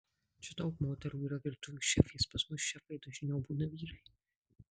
čia daug moterų yra virtuvių šefės pas mus šefai dažniau būna vyrai